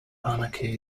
anarchy